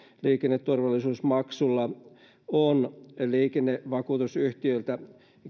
liikenneturvallisuusmaksulla on liikennevakuutusyhtiöiltä